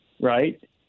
right